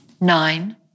Nine